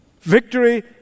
Victory